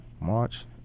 March